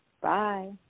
Bye